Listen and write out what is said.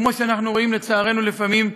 ואנחנו רואים, לצערנו, לפעמים,